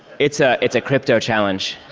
it's ah it's a crypto challenge.